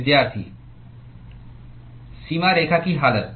सीमारेखा की हालत